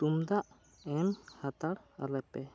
ᱛᱩᱢᱫᱟᱜ ᱮᱢ ᱦᱟᱛᱟᱲ ᱟᱞᱮ ᱯᱮ